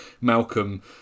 Malcolm